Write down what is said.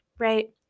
right